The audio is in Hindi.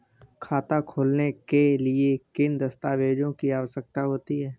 खाता खोलने के लिए किन दस्तावेजों की आवश्यकता होती है?